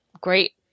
great